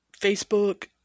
facebook